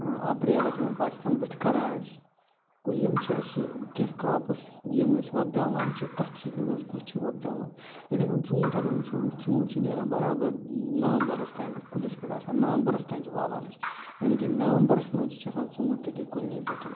اپریلس منٛز پتہٕ چھِ تِم بٕتھہِ کَڑان أسۍ گوٚو یِم چھِ اَسہِ کیٚنٛہہ کَراپٕس یِم أسۍ وۄبداوان چھِ کَتھ سیٖزنس منٛز کُس چھُ وۄبداوان یِتھَے کٔنۍ ژوٗنٹھۍ اگر وٕچھُو أسۍ ژوٗنٹھۍ چھِ نیران برابر نَومبرس تانیٚتھ کُلِس پٮ۪ٹھ آسان نَومبرس تانۍ چھِ والان أسۍ یعنی کہِ نومبرس منٛز تہِ چھِ آسان ژوٗنٹھۍ تٔتی کُلنٕے پٮ۪ٹھ